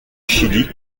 chili